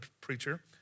preacher